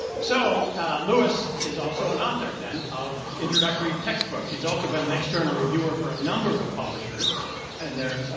so louis is also an author, then, of introductory textbooks. he's also been an external reviewer for a number of publishers and their